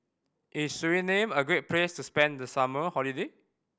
is Suriname a great place spend the summer holiday